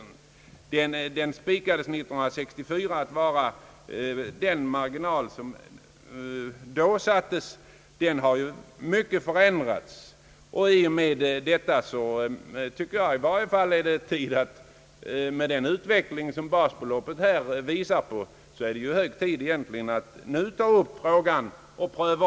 Läget har ju förändrats mycket sedan den marginalen spikades, och i och med detta tycker i varje fall jag att det är på tiden att nu ta upp frågan till omgående prövning. Utvecklingen av basbeloppet visar ganska klart på detta.